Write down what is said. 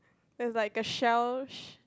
there's like a shell sh~